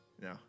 No